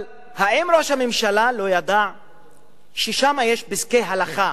אבל האם ראש הממשלה לא ידע שיש שם פסקי הלכה